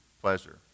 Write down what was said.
pleasure